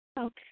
Okay